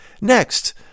next